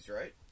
right